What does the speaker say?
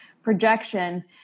Projection